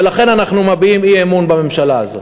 ולכן אנחנו מביעים אי-אמון בממשלה הזאת.